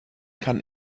kann